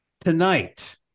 Tonight